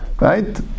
Right